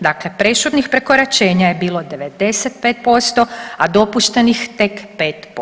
Dakle, prešutnih prekoračenja je bilo 95%, a dopuštenih tek 5%